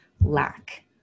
lack